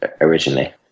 originally